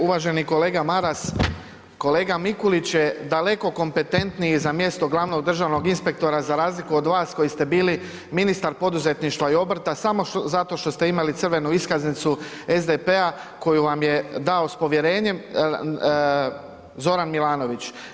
Uvaženi kolega Maras, kolega Mikulić je daleko kompetentniji za mjesto glavnog državnog inspektora za razliku od vas koji ste bili ministar poduzetništva i obrta samo zato što ste imali crvenu iskaznicu SDP-a koju vam je dao s povjerenjem Zoran Milanović.